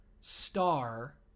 Star